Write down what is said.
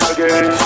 Again